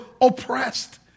oppressed